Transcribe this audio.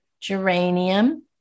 geranium